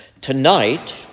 Tonight